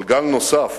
אבל גל נוסף